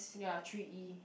ya three E